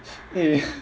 eh